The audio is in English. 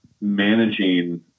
managing